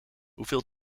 hoeveel